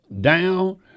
down